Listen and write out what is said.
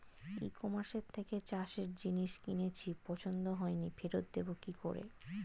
ই কমার্সের থেকে চাষের জিনিস কিনেছি পছন্দ হয়নি ফেরত দেব কী করে?